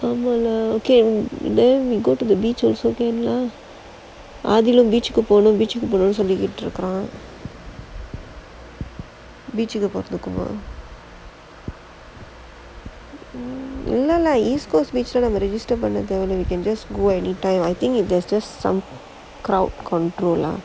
okay then eh go to the beach also again ah ஆதிலா:aathilaa beach போகணும் போகனுன்னு சொல்லிட்டு இருக்குறான்:poganum poganunnu sollittu irukuraan beach போறதுக்குமா இல்ல:porathukkumaa illa lah east coast beach leh நம்ம பண்ண தேவை இல்ல:namma panna thevai illa we can just go anytime I think there is just some crowd